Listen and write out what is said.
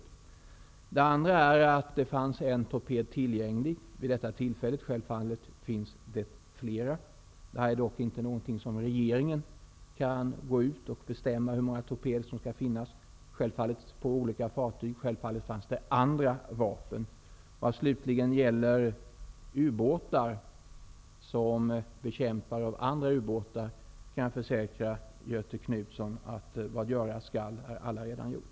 Det fanns vid det aktuella tillfället en torped tillgänglig. Självfallet fanns det flera. Regeringen kan dock inte gå ut och bestämma hur många torpeder som skall finnas på olika fartyg. Självfallet fanns det också andra vapen. Vad slutligen gäller ubåtar som bekämpar andra ubåtar kan jag försäkra Göthe Knutson att vad göras skall allaredan är gjort.